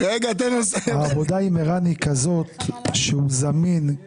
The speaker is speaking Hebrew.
העבודה עם ערן היא כזאת שהוא זמין,